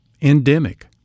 endemic